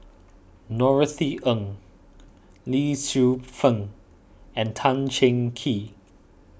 Norothy Ng Lee Tzu Pheng and Tan Cheng Kee